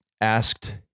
asked